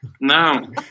No